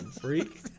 Freak